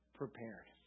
prepared